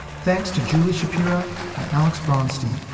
thanks to julie shapiro and alex bronstein.